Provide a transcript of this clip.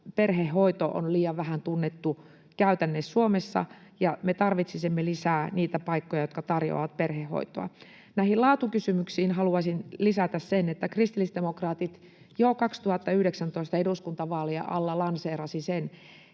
Perhehoito on liian vähän tunnettu käytänne Suomessa, ja me tarvitsisimme lisää niitä paikkoja, jotka tarjoavat perhehoitoa. Näihin laatukysymyksiin haluaisin lisätä sen, että kristillisdemokraatit jo vuoden 2019 eduskuntavaalien alla lanseerasivat sen